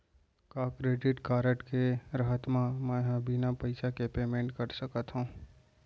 का credit card के रहत म, मैं ह बिना पइसा के पेमेंट कर सकत हो?